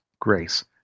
grace